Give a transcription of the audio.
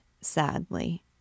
sadly